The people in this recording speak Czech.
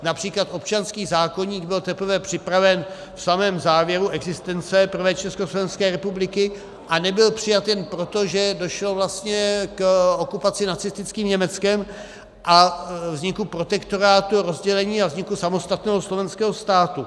Například občanský zákoník byl připraven teprve v samém závěru existence prvé Československé republiky a nebyl přijat jen proto, že došlo vlastně k okupaci nacistickým Německem a vzniku protektorátu, rozdělení a vzniku samostatného Slovenského státu.